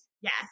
Yes